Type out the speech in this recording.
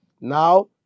Now